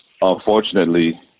Unfortunately